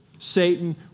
Satan